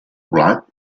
colat